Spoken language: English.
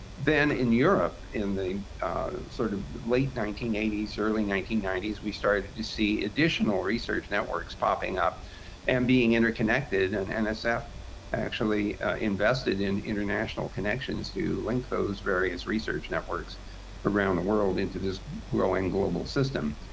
then in europe in the sort of late nineteen eighty s, early nineteen ninety s, we started to see additional research networks popping up and being interconnected. and and nsf actually invested in international connections to link those various research networks around the world into this growing global system.